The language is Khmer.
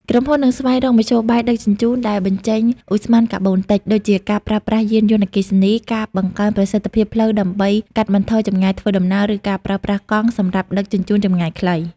ក្រុមហ៊ុននឹងស្វែងរកមធ្យោបាយដឹកជញ្ជូនដែលបញ្ចេញឧស្ម័នកាបូនតិច ដូចជាការប្រើប្រាស់យានយន្តអគ្គិសនី ការបង្កើនប្រសិទ្ធភាពផ្លូវដើម្បីកាត់បន្ថយចម្ងាយធ្វើដំណើរ ឬការប្រើប្រាស់កង់សម្រាប់ដឹកជញ្ជូនចម្ងាយខ្លី។